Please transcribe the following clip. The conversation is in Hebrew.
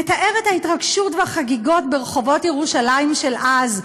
מתאר את ההתרגשות והחגיגות ברחובות ירושלים של אז,